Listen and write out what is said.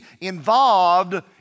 involved